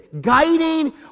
guiding